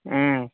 ஆ